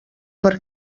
per